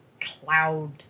cloud